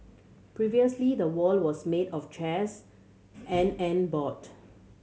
previously the wall was made of chairs and and board